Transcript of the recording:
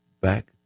back